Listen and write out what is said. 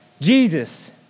Jesus